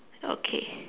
okay